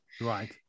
Right